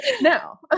no